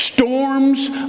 storms